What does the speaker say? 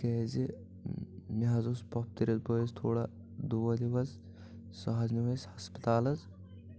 تِکیٛازِ مےٚ حظ اوس پۄپھتٕرس بأیِس تھوڑا دود ہیوٗ حظ سُہ حظ نیوٗ اَسہِ ہسپتال حظ